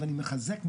אבל אני מחזק מאוד.